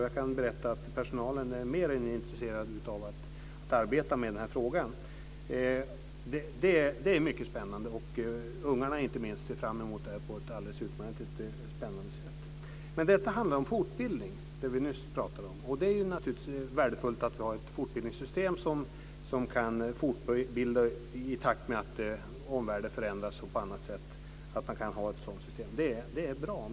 Jag kan berätta att personalen är mer än intresserad av att arbeta med den här frågan. Det är mycket spännande. Inte minst ser barnen fram emot det här på ett alldeles utomordentligt sätt. Men det som vi nyss pratade om handlade om utbildning. Det är naturligtvis värdefullt att vi har ett system för fortbildning bl.a. i takt med att omvärlden förändras.